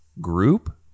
group